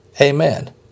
Amen